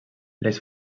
les